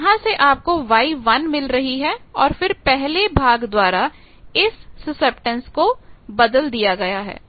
यहां से आपको Y1 मिल रही है और फिर पहले भाग द्वारा इस सुसेप्टेंस का बदल दिया गया है